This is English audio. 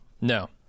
No